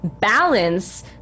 balance